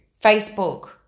Facebook